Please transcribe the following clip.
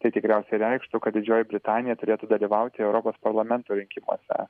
tai tikriausiai reikštų kad didžioji britanija turėtų dalyvauti europos parlamento rinkimuose